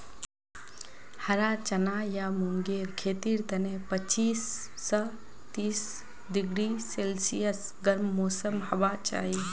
हरा चना या मूंगेर खेतीर तने पच्चीस स तीस डिग्री सेल्सियस गर्म मौसम होबा चाई